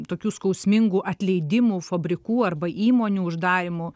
tokių skausmingų atleidimų fabrikų arba įmonių uždarymų